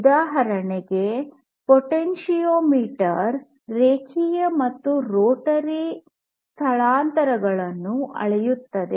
ಉದಾಹರಣೆಗೆ ಪೊಟೆನ್ಟಿಯೊಮೀಟರ್ ರೇಖೀಯ ಮತ್ತು ರೋಟರಿ ಸ್ಥಳಾಂತರಗಳನ್ನು ಅಳೆಯುತ್ತದೆ